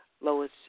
Lois